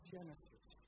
Genesis